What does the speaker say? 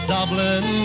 Dublin